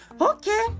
Okay